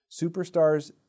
Superstars